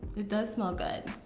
it does smell good.